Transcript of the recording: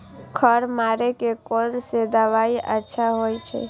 खर मारे के कोन से दवाई अच्छा होय छे?